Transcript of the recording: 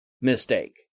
mistake